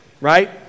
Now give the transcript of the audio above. right